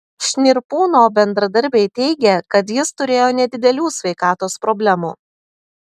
šnirpūno bendradarbiai teigė kad jis turėjo nedidelių sveikatos problemų